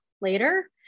later